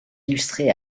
illustré